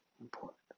important